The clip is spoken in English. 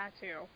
tattoo